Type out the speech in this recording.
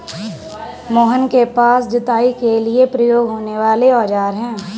मोहन के पास जुताई के लिए प्रयोग होने वाले औज़ार है